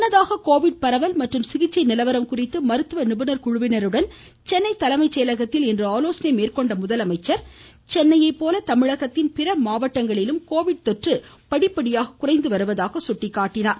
முன்னதாக கோவிட் பரவல் மற்றும் சிகிச்சை நிலவரம் குறித்து மருத்துவ நிபுணர் குழுவினருடன் சென்னை தலைமை செயலகத்தில் இன்று ஆலோசனை மேற்கொண்ட முதலமைச்சர் மாவட்டங்களிலும் கோவிட் தொற்று படிப்படியாக குறைந்து வருவதாக தெரிவித்தார்